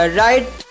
right